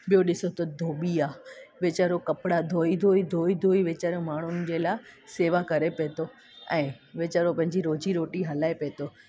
ॿियो ॾिसो त धोबी आहे वेचारो कपिड़ा धोई धोई धोई वेचारो माण्हुनि जे लाइ सेवा करे पियो थो ऐं वेचारो पंहिंजी रोज़ी रोटी हलाए पियो थो